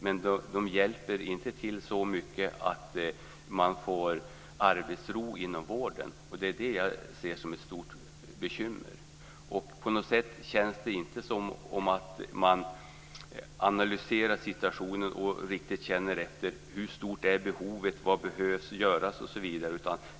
Men pengarna hjälper inte till så mycket att man får arbetsro inom vården. Det är det jag ser som ett stort bekymmer. På något sätt känns det inte som om man analyserar situationen och riktigt känner efter hur stort behovet är och vad som behöver göras.